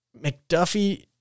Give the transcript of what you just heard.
McDuffie